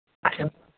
اَسہِ چھَنہ